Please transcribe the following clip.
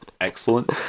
Excellent